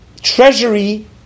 treasury